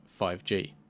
5G